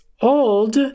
old